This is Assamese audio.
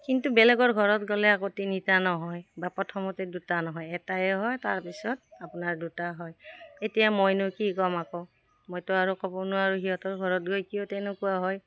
কিন্তু বেলেগৰ ঘৰত গ'লে আকৌ তিনিটা নহয় বা প্ৰথমতে দুটা নহয় এটাইে হয় তাৰপিছত আপোনাৰ দুটা হয় এতিয়া মইনো কি ক'ম আকৌ মইতো আৰু ক'ব নোৱাৰো সিহঁতৰ ঘৰত গৈ কিয় তেনেকুৱা হয়